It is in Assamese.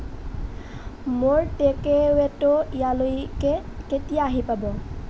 মোৰ টেকএৱে'টো ইয়ালৈকে কেতিয়া আহি পাব